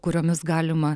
kuriomis galima